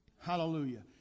Hallelujah